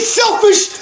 selfish